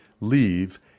Leave